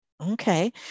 Okay